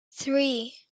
three